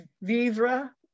vivra